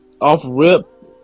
Off-Rip